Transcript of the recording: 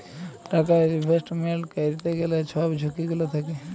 টাকা ইলভেস্টমেল্ট ক্যইরতে গ্যালে ছব ঝুঁকি গুলা থ্যাকে